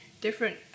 different